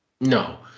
No